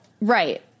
Right